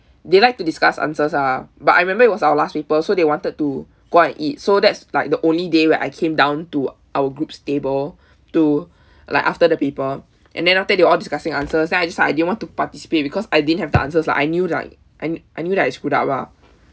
they like to discuss answers ah but I remember it was our last paper so they wanted to go out and eat so that's like the only day where I came down to our group's table to like after the paper and then after that they were all discussing answers then I decide I didn't want to participate because I didn't have the answers lah I knew like I knew that I screwed up lah